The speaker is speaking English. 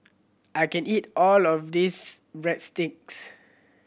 I can't eat all of this Breadsticks